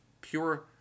pure